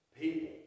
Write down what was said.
people